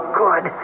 good